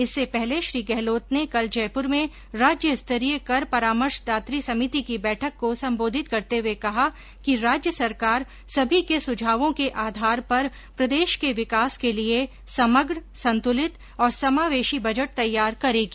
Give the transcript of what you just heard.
इससे पहले श्री गहलोत ने कल जयप्र में राज्यस्तरीय कर परामर्शदात्री समिति की बैठक को सम्बोधित करते हुए कहा कि राज्य सरकार सभी के सुझावों के आधार पर प्रदेश के विकास के लिए समग्र संतुलित और समावेशी बजट तैयार करेगी